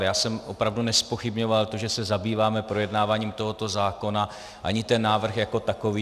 Já jsem opravdu nezpochybňoval to, že se zabýváme projednáváním tohoto zákona, ani ten návrh jako takový.